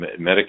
Medicaid